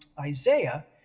Isaiah